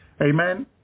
amen